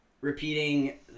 repeating